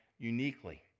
uniquely